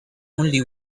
only